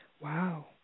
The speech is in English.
Wow